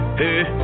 hey